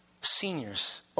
seniors